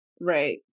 Right